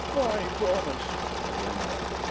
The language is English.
i promise, cried an-tak.